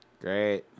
Great